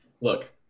look